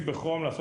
תודה רבה.